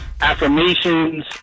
affirmations